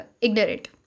ignorant